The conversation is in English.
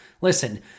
Listen